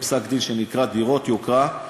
בפסק-דין שנקרא "דירות יוקרה",